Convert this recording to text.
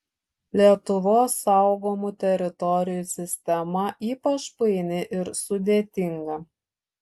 lietuvos saugomų teritorijų sistema ypač paini ir sudėtinga